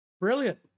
brilliant